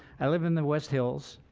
i live in the west hills.